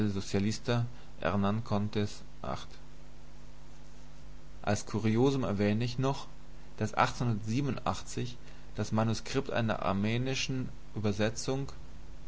socialist als kuriosum erwähne ich noch daß das manuskript einer armenischen übersetzung